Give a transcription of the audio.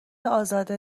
ازاده